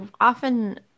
often